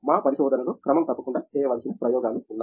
మా పరిశోధనలో క్రమం తప్పకుండా చేయవలసిన ప్రయోగాలు ఉన్నాయి